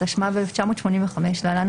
התשמ"ו 1985 (להלן,